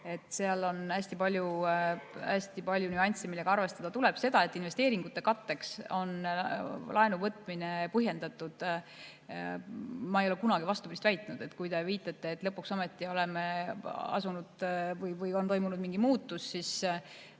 seal on hästi palju nüansse, millega arvestada tuleb. See, et investeeringute katteks on laenu võtmine põhjendatud – ma ei ole kunagi vastupidist väitnud. Kui te viitate, et lõpuks ometi on toimunud mingi muutus, siis,